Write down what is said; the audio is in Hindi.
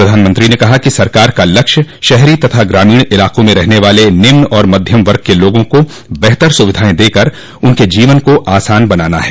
प्रधानमंत्री ने कहा कि सरकार का लक्ष्य शहरी और ग्रामीण इलाकों में रहने वाले निम्न और मध्यम वर्ग के लोगों को बेहतर सुविधाएं देकर उनके जीवन को आसान बनाना है